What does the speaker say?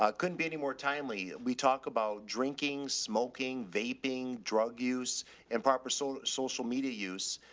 ah couldn't be any more timely. we talk about drinking, smoking, vaping, drug use and proper solar. social media use.